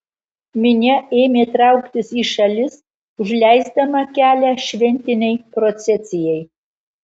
minia ėmė trauktis į šalis užleisdama kelią šventinei procesijai